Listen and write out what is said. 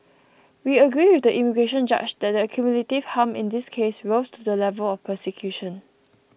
we agree with the immigration judge that the cumulative harm in this case rose to the level of persecution